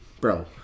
bro